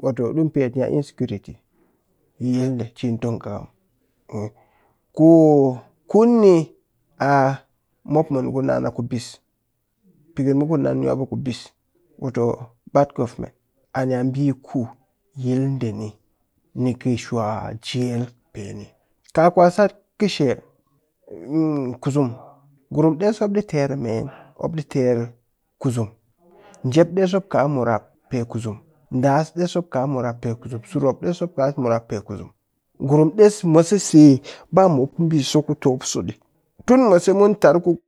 Wato ɗimu pet ni'a insecurity yi yil a cin tong kɨkam ku kun ni a mop mun ku nan a ku bis pikɨn mu kunan a kubis wato bad government ani'a ɓi ku yil ɗe ni nikɨ shwa jel pe ni. Ka ku a sat kɨshe kusum ngurum ɗes mop ɗi ter meen mop ɗi ter kusum njep ɗes ka murap pe kusum ɗaas ɗes mop ka murap pe kusum sirop ɗes ka murap pe kusum ngurum mop ɗes mwasese bamop ku ɓiso kutɨ mop so ɗi, tun mwase ku mun tar ku